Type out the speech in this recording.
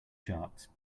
sharks